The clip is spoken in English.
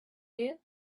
you